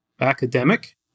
academic